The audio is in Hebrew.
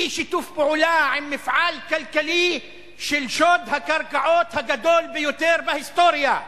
אי-שיתוף פעולה עם מפעל כלכלי של שוד הקרקעות הגדול ביותר בהיסטוריה,